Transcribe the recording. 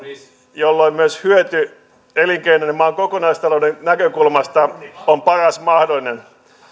jolloin myös hyöty elinkeinon ja maan kokonaista louden näkökulmasta on paras mahdollinen